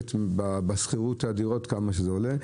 לתוספת האדירה בשכירות, כמה שזה עולה.